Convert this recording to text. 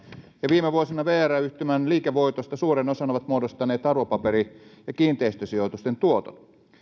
ja viime vuosina vr yhtymän liikevoitosta suuren osan ovat muodostaneet arvopaperi ja kiinteistösijoitusten tuotot